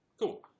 Cool